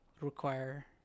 require